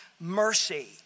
mercy